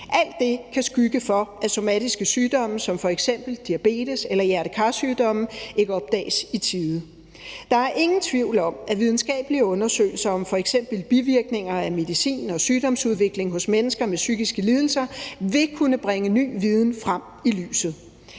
Alt det kan skygge for, at somatiske sygdomme som f.eks. diabetes eller hjerte-kar-sygdomme opdages i tide. Der er ingen tvivl om, at videnskabelige undersøgelser om f.eks. bivirkninger af medicin og sygdomsudvikling hos mennesker med psykiske lidelser vil kunne bringe ny viden frem i lyset.